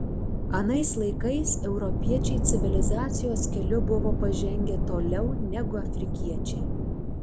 anais laikais europiečiai civilizacijos keliu buvo pažengę toliau negu afrikiečiai